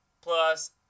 Plus